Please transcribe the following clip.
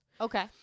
okay